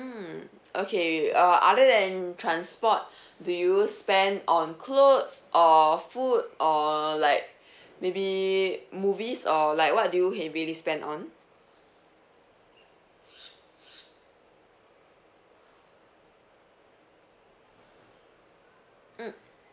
mm okay err other than transport do you spend on clothes or food or like maybe movies or like what do you heavily spend on mm